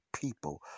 people